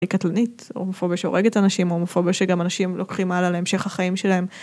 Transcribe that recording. קטלנית, או מפוביה שהורגת אנשים, או מפוביה שגם אנשים לוקחים הלאה להמשך החיים שלהם.